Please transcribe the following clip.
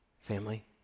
family